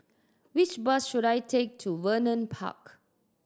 which bus should I take to Vernon Park